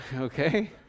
Okay